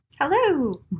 Hello